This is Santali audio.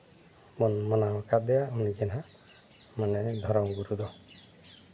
ᱵᱚᱱ ᱢᱟᱱᱟᱣ ᱠᱟᱫᱮᱭᱟ ᱩᱱᱤᱜᱮ ᱦᱟᱸᱜ ᱢᱟᱱᱮ ᱫᱷᱚᱨᱚᱢ ᱜᱩᱨᱩ ᱫᱚ